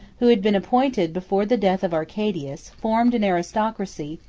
who had been appointed before the death of arcadius, formed an aristocracy,